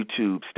youtube